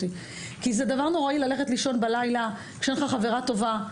כי זה דבר נוראי ללכת לישון בלילה כשאין חברה טובה.